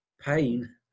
pain